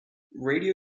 radio